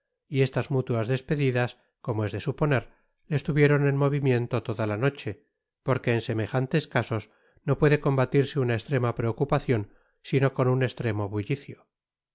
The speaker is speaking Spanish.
y estas mutuas despedidas como es de suponer les tuvieron en movimiento toda la noche porque en semejantes casos no puede combatirse una estrema preocupacion sino con un estremo bullicio